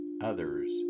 others